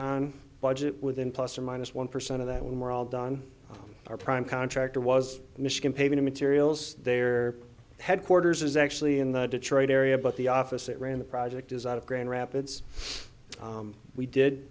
on budget within plus or minus one percent of that when we're all done our prime contractor was michigan paving materials their headquarters is actually in the detroit area but the office that ran the project is out of grand rapids we did